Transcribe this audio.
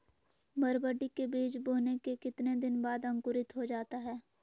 बरबटी के बीज बोने के कितने दिन बाद अंकुरित हो जाता है?